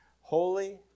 Holy